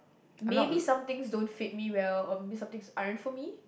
maybe some things don't fit me well or maybe some things aren't for me